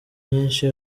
nyinshi